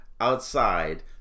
outside